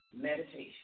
Meditation